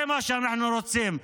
זה מה שאנחנו רוצים.